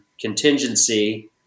contingency